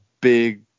big